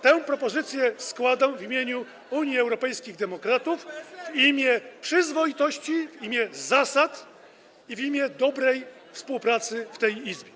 Tę propozycję składam w imieniu Unii Europejskich Demokratów w imię przyzwoitości, w imię zasad i w imię dobrej współpracy w tej Izbie.